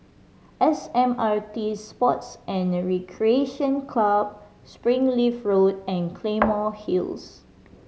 S M R T Sports And Recreation Club Springleaf Road and Claymore Hill